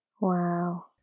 Wow